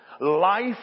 Life